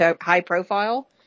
high-profile